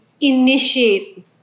initiate